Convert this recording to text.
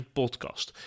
podcast